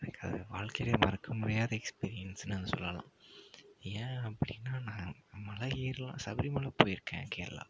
எனக்கு அது வாழ்க்கையில் மறக்க முடியாத எக்ஸ்பீரியன்ஸ்னு அதை சொல்லலாம் ஏன் அப்படின்னா நான் மலை ஏறுலாம் சபரிமலை போயிருக்கேன் கேரளா